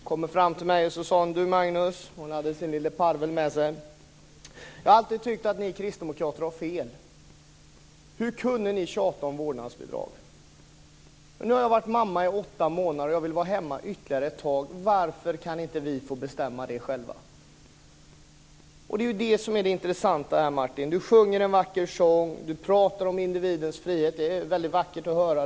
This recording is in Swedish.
Hon kom fram till mig och sade: Du Magnus - hon hade sin lille parvel med sig - jag har alltid tyckt att ni kristdemokrater har fel. Hur kunde ni tjata om vårdnadsbidrag? Men nu har jag varit mamma i åtta månader, och jag vill vara hemma ytterligare ett tag. Varför kan inte vi få bestämma det själva? Det är ju det som är det intressanta, Martin Nilsson. Han sjunger en vacker sång. Han talar om individens frihet. Det är väldigt vackert att höra.